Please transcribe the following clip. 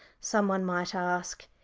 some one might ask.